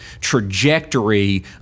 trajectory